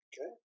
okay